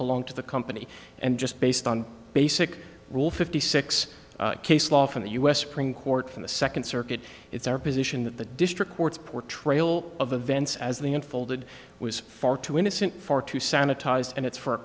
belong to the company and just based on basic rule fifty six case law from the us supreme court from the second circuit it's our position that the district courts portrayal of events as they unfolded was far too innocent far too sanitized and it's for a